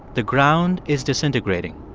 the ground is disintegrating.